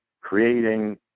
creating